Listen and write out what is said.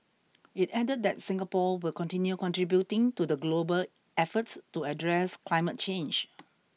it added that Singapore will continue contributing to the global effort to address climate change